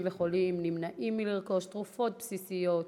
וחולים נמנעים מלרכוש תרופות בסיסיות,